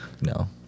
No